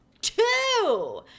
two